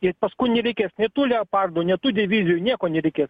ir paskui nereikės nei tų leopardų ne tų divizijų nieko nereikės